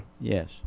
Yes